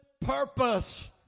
purpose